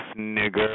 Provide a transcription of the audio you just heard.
nigger